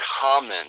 common